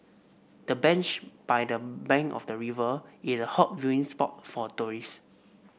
the bench by the bank of the river is a hot viewing spot for tourist